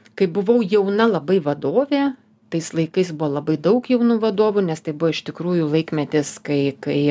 kai buvau jauna labai vadovė tais laikais buvo labai daug jaunų vadovų nes tai buvo iš tikrųjų laikmetis kai kai